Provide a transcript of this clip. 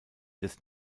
des